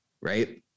right